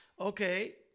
Okay